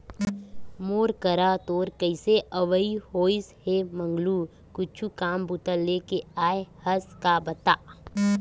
मोर करा तोर कइसे अवई होइस हे मंगलू कुछु काम बूता लेके आय हस का बता?